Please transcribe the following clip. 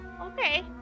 Okay